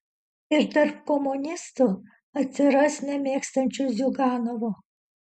ir tarp komunistų atsiras nemėgstančių ziuganovo